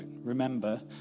Remember